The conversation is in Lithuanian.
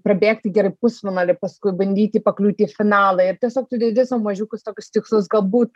prabėgti gerai pusfinalį paskui bandyti pakliūti į finalą ir tiesiog tu dedi sau mažiukus tokius tikslus galbūt